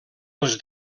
els